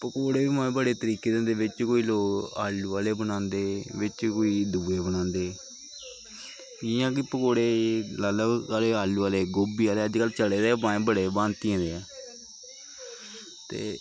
पकौड़े बी माय बड़े तरीके दे होंदे बिच्च कोई लोक आलू आह्ले बनांदे बिच्च कोई दूए बनांदे जियां कि पकौड़े लाई लैओ आलू आह्ले गोबी आह्ले अज्ज कल चले दे गै माय बड़े भांतियें दे ऐ ते